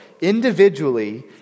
individually